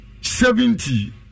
seventy